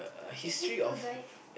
is it tour guide